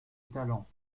talent